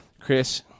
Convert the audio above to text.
Chris